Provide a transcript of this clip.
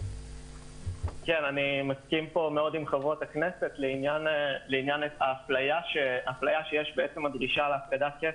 אני מסכים עם חברות הכנסת בעניין האפליה שיש בעצם הדרישה להפקיד כסף.